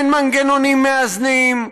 אין מנגנונים מאזנים.